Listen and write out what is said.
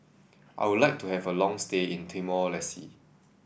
I would like to have a long stay in Timor Leste